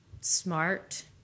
smart